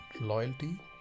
loyalty